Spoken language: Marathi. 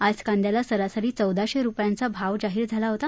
आज कांद्याला सरासरी चौदाशस्तिपयांचा भाव जाहीर झाला होता